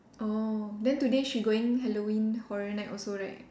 orh then today she going halloween horror night also right